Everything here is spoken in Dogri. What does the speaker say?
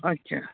अच्छा